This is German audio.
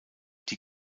die